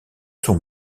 son